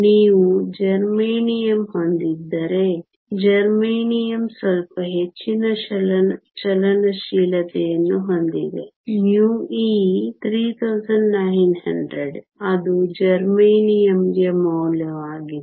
ನೀವು ಜರ್ಮೇನಿಯಂ ಹೊಂದಿದ್ದರೆ ಜರ್ಮೇನಿಯಮ್ ಸ್ವಲ್ಪ ಹೆಚ್ಚಿನ ಚಲನಶೀಲತೆಯನ್ನು ಹೊಂದಿದೆ μe 3900 ಅದು ಜರ್ಮೇನಿಯಂಗೆ ಮೌಲ್ಯವಾಗಿದೆ